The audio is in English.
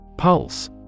Pulse